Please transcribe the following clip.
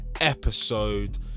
episode